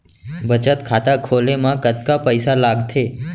बचत खाता खोले मा कतका पइसा लागथे?